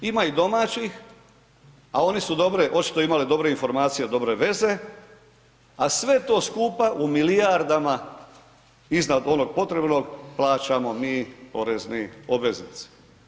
Ima i domaćih, a oni su dobre, očito imali dobre informacije i dobre veze, a sve to skupa, u milijardama iznad onog potrebnog plaćamo mi porezni obveznici.